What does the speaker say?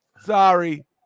Sorry